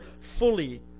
fully